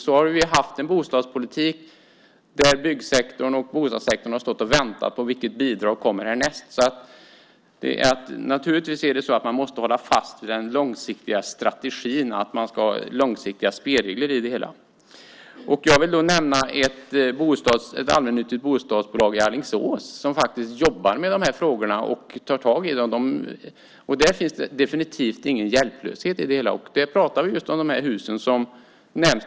Vi har haft en bostadspolitik där byggsektorn och bostadssektorn har stått och väntat och undrat: Vilket bidrag kommer härnäst? Man måste naturligtvis hålla fast vid den långsiktiga strategin, att man ska ha långsiktiga spelregler i det hela. Jag vill då nämna ett allmännyttigt bostadsbolag i Alingsås som faktiskt jobbar med de här frågorna och tar tag i dem. Där finns det definitivt ingen hjälplöshet, och vi pratar just om de hus som har nämnts.